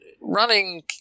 Running